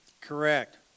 Correct